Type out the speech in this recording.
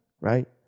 right